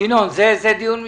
ינון, זה דיון משפטי.